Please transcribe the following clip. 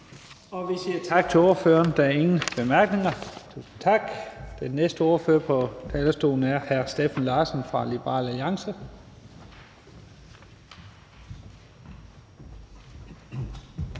Vi siger tak til ordføreren. Der er ingen korte bemærkninger. Den næste ordfører på talerstolen er hr. Steffen Larsen fra Liberal Alliance.